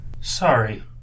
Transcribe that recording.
Sorry